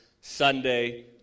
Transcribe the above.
Sunday